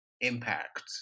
impact